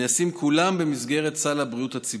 הנעשים כולם במסגרת סל הבריאות הציבורי.